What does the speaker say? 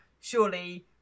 surely